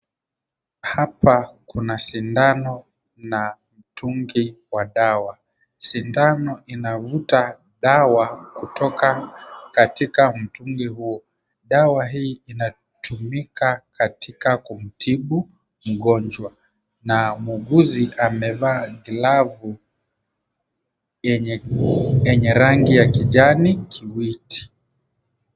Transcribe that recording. Hapa kuna sindano na mtungi wa dawa, sindano inavuta dawa kutoka katika mtungi huo. Dawa hii inatumika katika kumtibu mgonjwa na muuguzi amevaa glavu yenye rangi ya kijani kibichi.